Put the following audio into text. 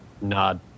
nod